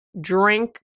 drink